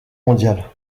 mondiale